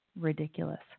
ridiculous